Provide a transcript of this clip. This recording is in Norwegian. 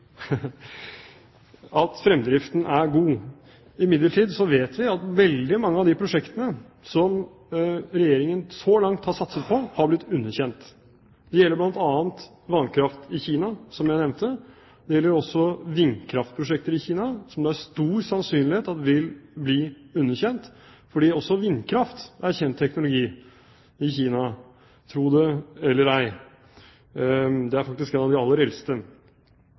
at fremdriften er god. Imidlertid vet vi at veldig mange av de prosjektene som Regjeringen så langt har satset på, har blitt underkjent. Det gjelder bl.a. vannkraft i Kina, som jeg nevnte. Det gjelder også vindkraftprosjekter i Kina, som med stor sannsynlighet vil bli underkjent, for vindkraft er kjent teknologi i Kina, tro det eller ei – det er faktisk en av de aller eldste.